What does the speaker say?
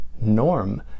norm